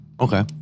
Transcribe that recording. Okay